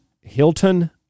Hilton